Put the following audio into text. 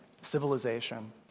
civilization